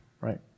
right